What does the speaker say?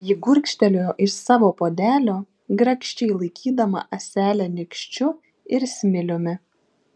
ji gurkštelėjo iš savo puodelio grakščiai laikydama ąselę nykščiu ir smiliumi